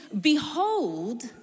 behold